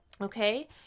Okay